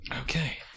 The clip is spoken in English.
Okay